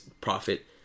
profit